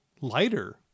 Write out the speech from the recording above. lighter